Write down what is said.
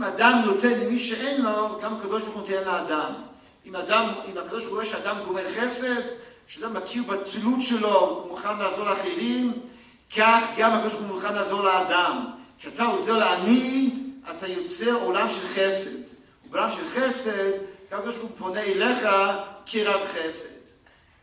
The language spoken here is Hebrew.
אם אדם נותן למי שאין לו, גם הקדוש ברוך הוא נותן לאדם. אם הקדוש ברוך הוא רואה שאדם גומל חסד, שאדם מכיר באצילות שלו, הוא מוכן לעזור לאחרים, כך גם הקדוש ברוך הוא מוכן לעזור לאדם. כשאתה עוזר לעני, אתה יוצר עולם של חסד. ובעולם של חסד, הקדוש ברוך הוא פונה אליך כרב חסד.